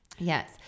Yes